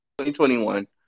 2021